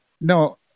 no